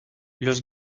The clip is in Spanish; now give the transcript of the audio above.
los